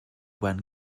when